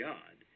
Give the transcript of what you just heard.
God